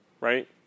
right